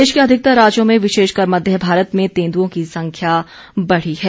देश के अधिकतर राज्यों में विशेषकर मध्य भारत में तेंदुओं की संख्या बढ़ी है